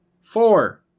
Four